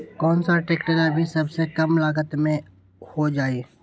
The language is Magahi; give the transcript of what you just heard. कौन सा ट्रैक्टर अभी सबसे कम लागत में हो जाइ?